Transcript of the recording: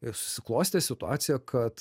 ir susiklostė situacija kad